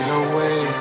away